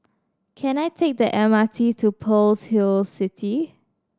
can I take the M R T to Pearl's Hill City